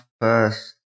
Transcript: first